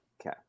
okay